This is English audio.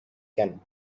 can